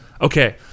Okay